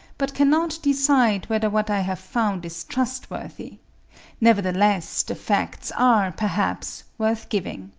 but cannot decide whether what i have found is trustworthy nevertheless the facts are, perhaps, worth giving.